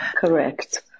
Correct